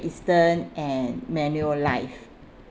eastern and manulife